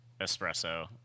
espresso